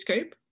scope